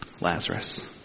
Lazarus